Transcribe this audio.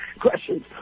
questions